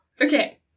Okay